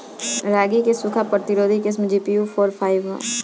रागी क सूखा प्रतिरोधी किस्म जी.पी.यू फोर फाइव ह?